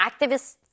activists